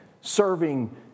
serving